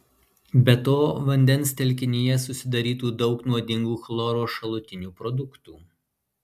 be to vandens telkinyje susidarytų daug nuodingų chloro šalutinių produktų